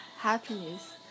happiness